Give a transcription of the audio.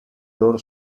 loro